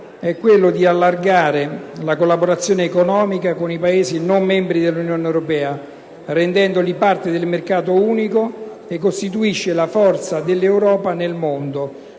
è quella di allargare la collaborazione economica con Paesi non membri dell'UE, rendendoli parte del mercato unico che costituisce la forza dell'Europa nel mondo